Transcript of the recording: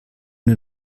den